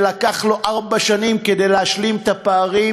ולקח לו ארבע שנים כדי להשלים את הפערים,